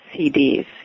CDs